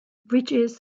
ridges